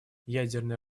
ядерное